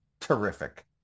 terrific